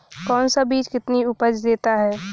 कौन सा बीज कितनी उपज देता है?